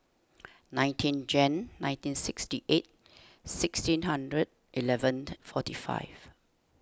nineteen Jan nineteen sixty eight sixteen hundred eleven and forty five